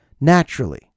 naturally